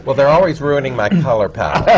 but they're always ruining my color palette.